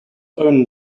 own